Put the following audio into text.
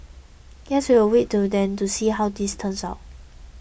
guess we'll wait till then to see how this turns out